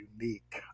unique